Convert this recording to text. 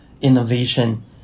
innovation